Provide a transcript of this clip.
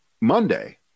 monday